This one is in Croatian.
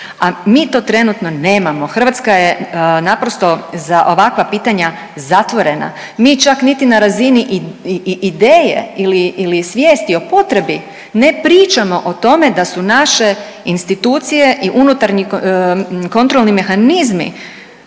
a mi o trenutno nemamo. Hrvatska je naprosto za ovakva pitanja zatvorena. Mi čak niti na razini i ideje ili svijesti o potrebi ne pričamo o tome da su naše institucije i unutarnji kontrolni mehanizmi